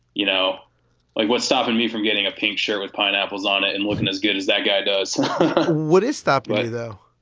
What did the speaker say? you know, like what's stopping me from getting a pink shirt with pineapples on it and looking as good as that guy does what is stop by, though?